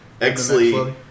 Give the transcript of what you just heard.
Exley